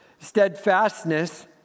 steadfastness